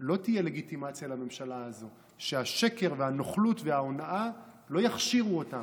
לא תהיה לגיטימציה לממשלה הזאת; שהשקר והנוכלות וההונאה לא יכשירו אותה.